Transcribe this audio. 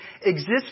exists